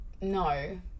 no